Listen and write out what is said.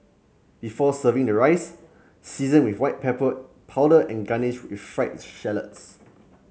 before serving the rice season with white pepper powder and garnish with fried shallots